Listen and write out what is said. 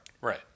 Right